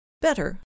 Better